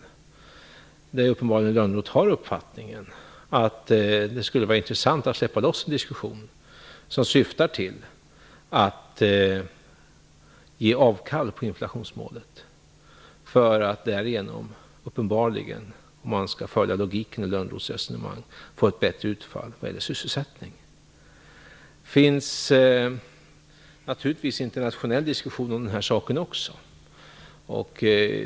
Lönnroth har uppenbarligen uppfattningen att det skulle vara intressant att släppa loss en diskussion, som syftar till att ge avkall på inflationsmålet, för att därigenom uppenbarligen - om man skall följa logiken i Lönnroths resonemang - få ett bättre utfall vad gäller sysselsättning. Det förs naturligtvis en internationell diskussion om de här sakerna också.